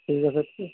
ঠিক আছে